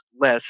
less